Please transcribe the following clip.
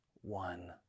one